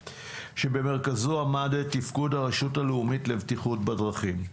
שבמרכזו עמד התפקוד של הרשות הלאומית לבטיחות בדרכים.